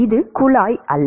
இது குழாய் அல்ல